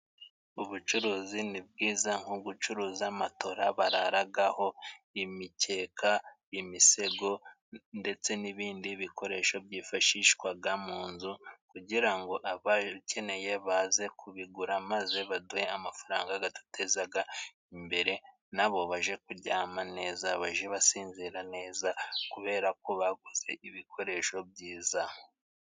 Ubucuruzi ni bwiza nko gucuruza matora bararaho, imikeka, imisego, ndetse n'ibindi bikoresho byifashishwa mu nzu kugira ngo ababikeneye baze kubigura, maze baduhe amafaranga aduteza imbere, nabo bajye kuryama neza bajye basinzira neza, kubera ko baguze ibikoresho byiza.